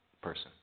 person